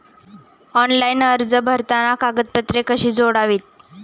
Online अर्ज भरताना कागदपत्रे कशी जोडावीत?